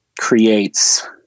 creates